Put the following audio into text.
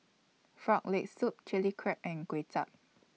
Frog Leg Soup Chilli Crab and Kway Chap